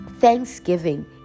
thanksgiving